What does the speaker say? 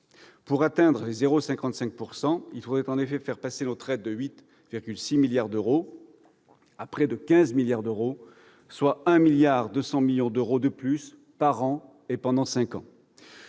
Pour atteindre les 0,55 %, il faudrait en effet faire passer notre aide de 8,6 milliards d'euros à près de 15 milliards d'euros, soit 1,2 milliard d'euros de plus par an pendant cinq ans.